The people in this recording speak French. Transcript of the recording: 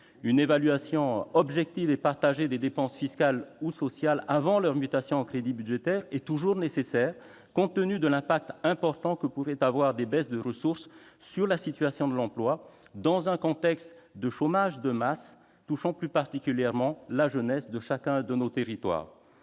Une évaluation objective et partagée des dépenses fiscales ou sociales avant leur mutation en crédits budgétaires est toujours nécessaire, compte tenu de l'impact important que pourraient avoir des baisses de ressources sur la situation de l'emploi, dans un contexte de chômage de masse touchant plus particulièrement la jeunesse de chacun de nos territoires.